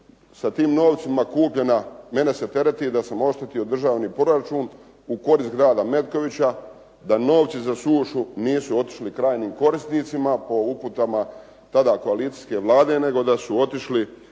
sa tim novcima kupljena mene se tereti da sam oštetio državni proračun u korist grada Metkovića, da novci za sušu nisu otišli krajnjim korisnicima po uputama tada koalicijske Vlade nego da su otišli